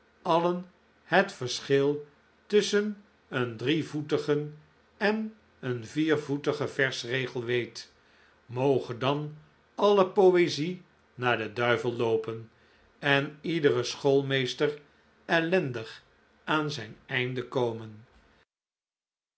alien het verschil tusschen een drievoetigen en een viervoetigen versregel weet moge dan alle poezie naar den duivel loopen en iedere schoolmeester ellendig aan zijn einde komen